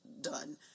done